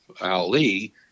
Ali